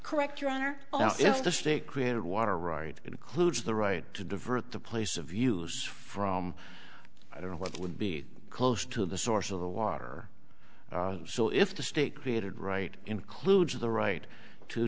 correct your honor if the state created water right includes the right to divert the place of use from i don't know what would be close to the source of the water so if the state created right includes the right to